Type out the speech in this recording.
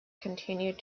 continued